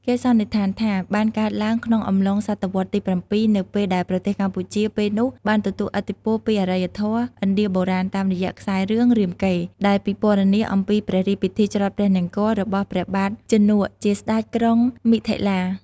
គេសន្និដ្ឋានថាបានកើតឡើងក្នុងអំឡុង សតវត្ស ទី៧ នៅពេលដែលប្រទេសកម្ពុជាពេលនោះបានទទួលឥទ្ធិពលពីអរិយធម៌ ឥណ្ឌាបុរាណ តាមរយៈខ្សែររឿង រាមកេរ្តិ៍ ដែលពិពណ៌នា អំពីព្រះរាជពិធីច្រត់ព្រះនង្គ័ល របស់ព្រះបាទជនក ជាស្ដេចក្រុងមិថិលា។